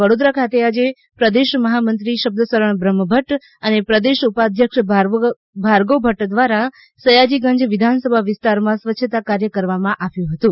વડોદરા ખાતે આજે પ્રદેશ મહામંત્રી શબ્દશરણ બ્રહ્મભદ અને પ્રદેશ ઉપાધ્યક્ષ ભાર્ગવ ભદ્દ દ્વારા સયાજીગંજ વિધાનસભા વિસ્તારમાં સ્વચ્છતા કાર્ય કરવામાં આવ્યું હતું